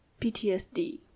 PTSD